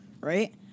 right